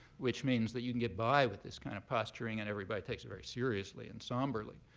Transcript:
which means that you can get by with this kind of posturing and everybody takes it very seriously and somberly.